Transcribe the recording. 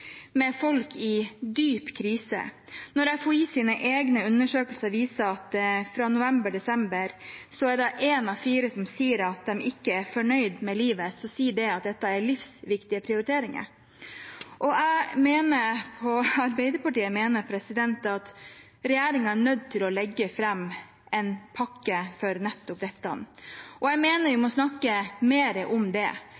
folk i dyp krise, og når FHIs egne undersøkelser viser at fra november og desember er det en av fire som sier at de ikke er fornøyd med livet, så sier det at dette er livsviktige prioriteringer. Jeg og Arbeiderpartiet mener at regjeringen er nødt til å legge fram en pakke til nettopp dette. Jeg mener vi